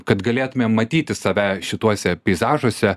kad galėtumėm matyti save šituose peizažuose